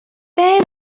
there